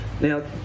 Now